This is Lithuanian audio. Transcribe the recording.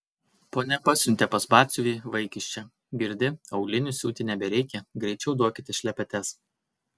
ponia pasiuntė pas batsiuvį vaikiščią girdi aulinių siūti nebereikia greičiau duokite šlepetes